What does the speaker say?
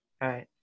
Right